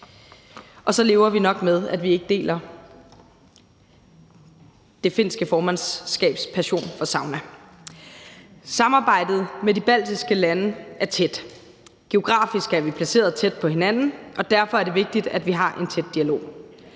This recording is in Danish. Og så lever vi nok med, at vi ikke deler det finske formandskabs passion for sauna. Samarbejdet med de baltiske lande er tæt. Geografisk er vi placeret tæt på hinanden, og derfor er det vigtigt, at vi har en tæt dialog.